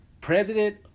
President